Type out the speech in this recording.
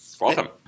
Welcome